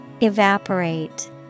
Evaporate